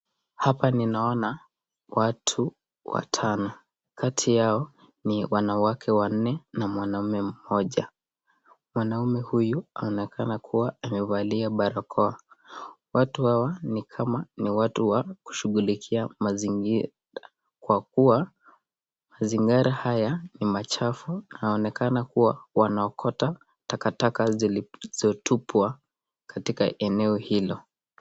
Hapa ninaona watu watano. Kati yao ni wanawake wanne, na mwanamme mmoja. Mwanaume huyu anaonekana kuwa amevalia barakoa. Watu hawa ni kama ni watu wa kushughulikia mazingira kwa kuwa mazingara haya ni machafu inaonekana kuwa wanaokota takataka zilizotupwa katika eneo hilo.